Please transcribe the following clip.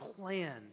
plan